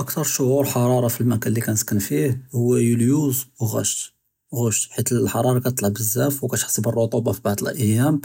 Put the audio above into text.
אַכְתַּר שְעוּרוֹר חַרַארַה פַלְמְקַאן לִי כּנְסַכֵּן פִיהוּ הוּא לְיוּז וְגוּש חֵית חַרַארַה כּתְעַלַע בְּזַאף וְכּתְחֵס בְּרְטוּבַּה פִּבְּעְד אַיַּאמ